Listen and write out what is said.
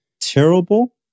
terrible